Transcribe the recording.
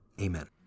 Amen